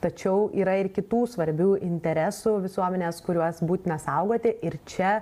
tačiau yra ir kitų svarbių interesų visuomenės kuriuos būtina saugoti ir čia